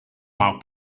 how